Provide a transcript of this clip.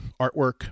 artwork